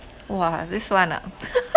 !wah! this one ah